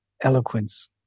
eloquence